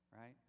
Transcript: right